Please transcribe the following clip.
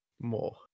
More